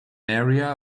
area